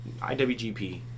IWGP